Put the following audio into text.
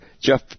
Jeff